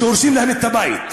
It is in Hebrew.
שהורסים להם את הבית.